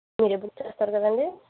మీరు బుక్ చేస్తారు కదండి